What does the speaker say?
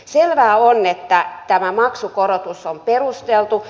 selvää on että tämä maksukorotus on perusteltu